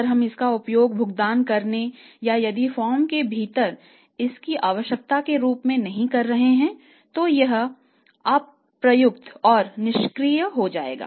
अगर हम इसका उपयोग भुगतान करने और यदि फर्म के भीतर इसकी आवश्यकता के रूप में नहीं कर रहे हैं तो यह अप्रयुक्त या निष्क्रिय हो जाएगा